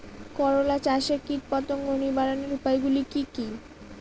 করলা চাষে কীটপতঙ্গ নিবারণের উপায়গুলি কি কী?